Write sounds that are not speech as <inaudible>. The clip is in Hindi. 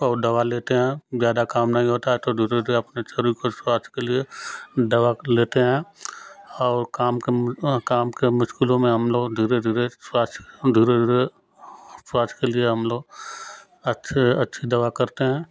और दवा लेते हैं ज़्यादा काम नहीं होता है तो दूसरे तरफ अपने <unintelligible> स्वास्थ्य के लिए दवा को लेते हैं और काम कम काम कम स्कूलों में हम लोग धीरे धीरे स्वास्छ हम धीरे धीरे स्वास्थ्य के लिए हम लोग अथिरे अथी दवा करते हैं